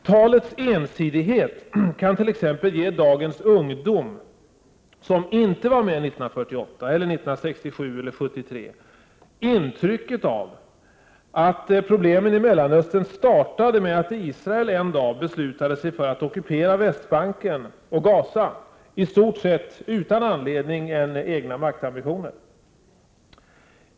Talets ensidighet kan t.ex. ge dagens ungdom, som inte var med 1948, 1967 eller 1973, ett intryck av att problemen i Mellanöstern startade i och med att Israel en dag beslutade sig för att ockupera Västbanken och Gaza, i stort sett utan annan anledning än de egna maktambitionerna.